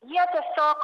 jie tiesiog